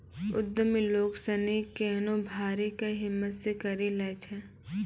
उद्यमि लोग सनी केहनो भारी कै हिम्मत से करी लै छै